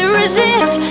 resist